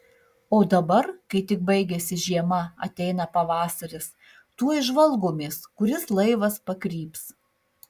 o dabar kai tik baigiasi žiema ateina pavasaris tuoj žvalgomės kuris laivas pakryps